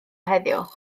heddiw